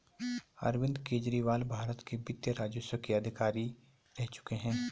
अरविंद केजरीवाल भारत के वित्त राजस्व के अधिकारी रह चुके हैं